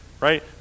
right